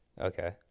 Okay